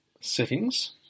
settings